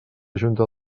junta